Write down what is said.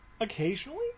occasionally